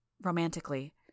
romantically